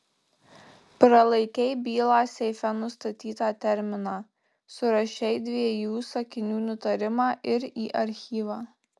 pralaikei bylą seife nustatytą terminą surašei dviejų sakinių nutarimą ir į archyvą